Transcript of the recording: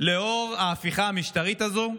לנוכח ההפיכה המשטרית הזו.